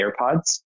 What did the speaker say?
AirPods